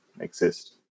exist